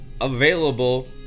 available